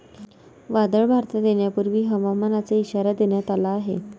वादळ भारतात येण्यापूर्वी हवामानाचा इशारा देण्यात आला आहे